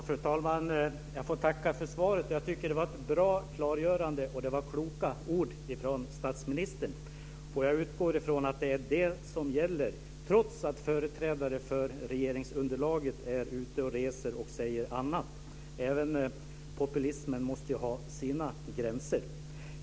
Fru talman! Jag får tacka för svaret. Jag tycker att det var bra och klargörande, och det var kloka ord från statsministern. Jag utgår från att det är det som gäller trots att företrädare för regeringsunderlaget är ute och reser och säger annat. Även populismen måste ju ha sina gränser.